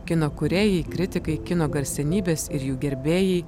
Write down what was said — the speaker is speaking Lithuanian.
kino kūrėjai kritikai kino garsenybės ir jų gerbėjai